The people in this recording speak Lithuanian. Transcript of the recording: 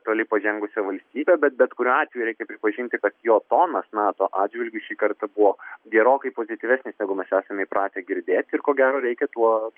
toli pažengusią valstybę bet bet kuriuo atveju reikia pripažinti kad jo tonas nato atžvilgiu šį kartą buvo gerokai pozityvesnis negu mes esame įpratę girdėti ir ko gero reikia tuo